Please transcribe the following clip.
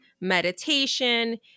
meditation